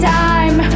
time